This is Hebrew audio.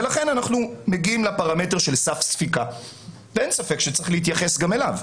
לכן אנחנו מגיעים לפרמטר של סף ספיקה ואין ספק שצריך להתייחס גם אליו.